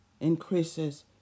increases